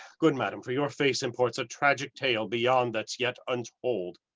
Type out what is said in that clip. good madam, for your face imports a tragic tale behind that's yet untold.